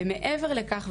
ומעבר לכך,